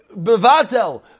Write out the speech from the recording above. Bevatel